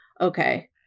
okay